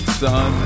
son